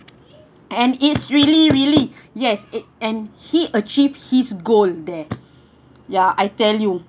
and it's really really yes it and he achieved his goal there ya I tell you